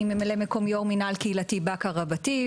אני ממלא מקום יו"ר מנהל קהילתי בקעה רבתי.